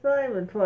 Simon